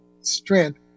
strength